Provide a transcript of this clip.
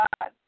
God